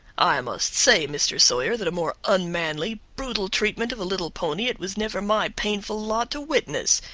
i must say, mr. sawyer, that a more unmanly, brutal treatment of a little pony it was never my painful lot to witness,